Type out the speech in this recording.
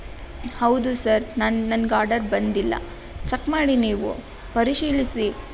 ಹೌದು ಸರ್ ನಾನು ನನಗೆ ಆಡರ್ ಬಂದಿಲ್ಲ ಚಕ್ ಮಾಡಿ ನೀವು ಪರಿಶೀಲಿಸಿ